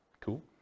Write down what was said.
Cool